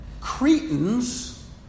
Cretans